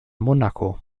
monaco